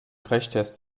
crashtest